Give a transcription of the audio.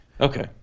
Okay